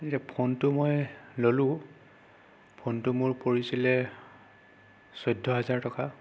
ফোনটো মই ল'লো ফোনটো মোৰ পৰিছিলে চৈধ্য হাজাৰ টকা